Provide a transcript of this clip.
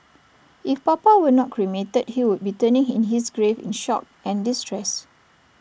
if papa were not cremated he would be turning in his grave in shock and distress